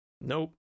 nope